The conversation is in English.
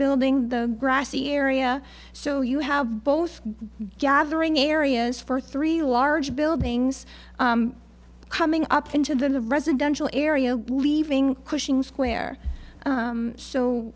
building the grassy area so you have both gathering areas for three large buildings coming up into the residential area leaving cushing square